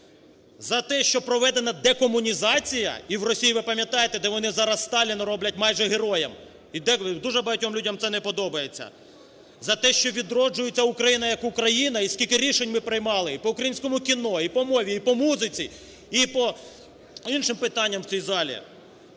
За те, що проведена декомунізація? І в Росії, ви пам'ятаєте, де вони зараз Сталіна роблять майже героєм. І дуже багатьом людям це не подобається. За те, що відроджується Україна як Україна? І скільки рішень ми приймали, і по українському кіно, і по мові, і по музиці, і по іншим питанням в цій залі.